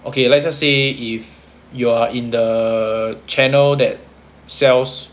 okay let's just say if you are in the channel that sells